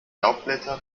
laubblätter